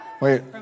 Wait